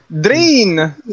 Drain